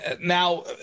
Now